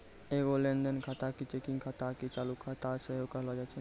एगो लेन देन खाता के चेकिंग खाता आकि चालू खाता सेहो कहलो जाय छै